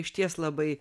išties labai